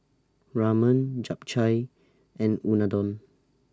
Ramen Japchae and Unadon